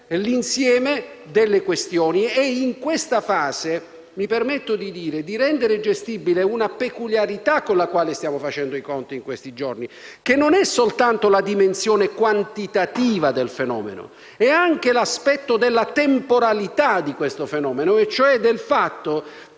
l'insieme delle questioni e, in questa fase, mi permetto di dire di rendere gestibile una peculiarità con la quale stiamo facendo i conti in questi giorni, che non è soltanto la dimensione quantitativa del fenomeno, ma è anche l'aspetto della sua temporalità: soltanto in un *weekend* sono